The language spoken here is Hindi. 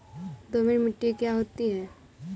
दोमट मिट्टी क्या होती हैं?